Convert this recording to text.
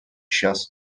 час